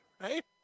Right